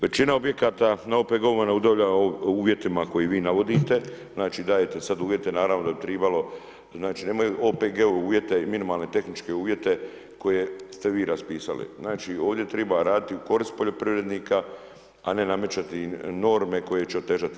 Većina objekata na OPG-ovima ne udovoljava uvjetima koje vi navodite, znači dajete sada uvjete naravno da bi tribalo znači nemaju OPG uvjete i minimalne tehničke uvjete koje ste vi raspisali, znači ovdje triba raditi u korist poljoprivrednika, a ne namećati im norme koje će otežati.